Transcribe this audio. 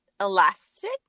elastic